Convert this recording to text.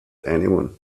anyone